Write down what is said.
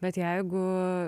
bet jeigu